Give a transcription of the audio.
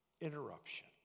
interruption